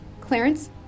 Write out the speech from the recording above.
Clarence